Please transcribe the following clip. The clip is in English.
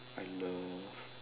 I love